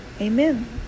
Amen